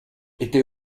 était